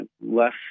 less